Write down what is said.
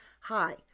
Hi